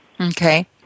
Okay